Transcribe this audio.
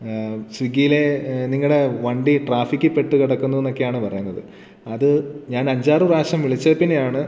ആ സ്വിഗ്ഗീലെ നിങ്ങളുടെ വണ്ടി ട്രാഫിക്കിൽ പെട്ട് കിടക്കുന്നൂന്നൊക്കെയാണ് പറയുന്നത് അത് ഞാൻ അഞ്ചാറ് പ്രാവശ്യം വിളിച്ചത് പിന്നെ ആണ്